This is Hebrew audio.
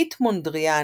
פיט מונדריאן,